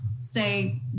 say